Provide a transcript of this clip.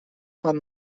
pan